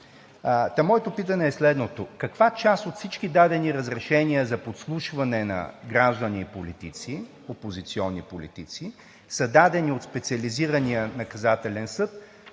моето питане е следното: каква част от всички дадени разрешения за подслушване на граждани и политици – опозиционни политици, са дадени от Специализирания наказателен съд